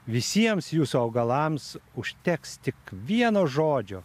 visiems jūsų augalams užteks tik vieno žodžio